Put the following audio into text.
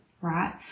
Right